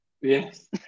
Yes